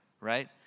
Right